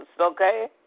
okay